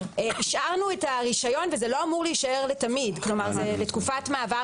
השארנו את הרשיון וזה לא אמור להישאר לתמיד זה לתקופת מעבר